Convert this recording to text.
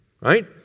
right